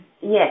Yes